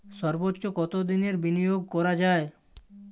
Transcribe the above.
সর্বোচ্চ কতোদিনের বিনিয়োগ করা যায়?